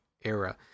era